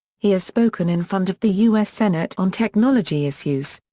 he has spoken in front of the us senate on technology issues.